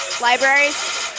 Libraries